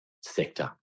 sector